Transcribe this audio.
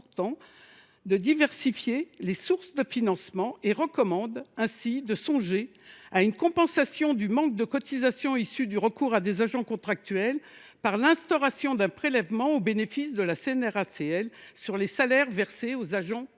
de diversifier les sources de financement et recommande ainsi de songer à une compensation du manque de cotisations issu du recours à des agents contractuels par l’instauration d’un prélèvement au bénéfice de la CNRACL sur les salaires versés aux agents contractuels.